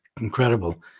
Incredible